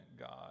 God